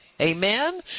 Amen